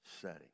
setting